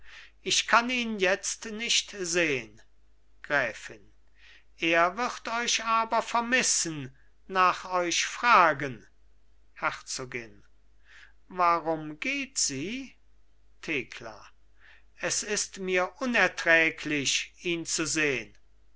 ich kann ihn jetzt nicht sehn gräfin er wird euch aber vermissen nach euch fragen herzogin warum geht sie thekla es ist mir unerträglich ihn zu sehn